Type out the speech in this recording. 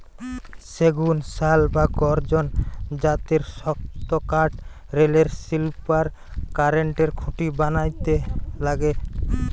সেগুন, শাল বা গর্জন জাতের শক্তকাঠ রেলের স্লিপার, কারেন্টের খুঁটি বানাইতে লাগে